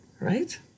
right